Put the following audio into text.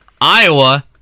Iowa